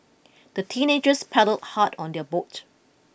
the teenagers paddled hard on their boat